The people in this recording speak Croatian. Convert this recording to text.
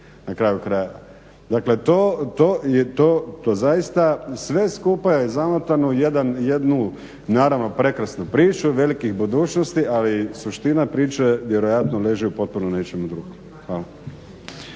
na kraju krajeva. Dakle to zaista sve skupa je zamotano u jednu naravno prekrasnu priču velikih budućnosti ali suština priče vjerojatno leži u potpuno nečem drugom. Hvala.